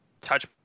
touch